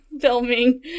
filming